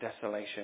desolation